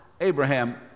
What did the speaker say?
Abraham